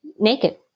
naked